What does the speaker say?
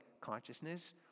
consciousness